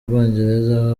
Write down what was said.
bwongereza